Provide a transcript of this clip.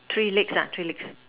three legs ah three legs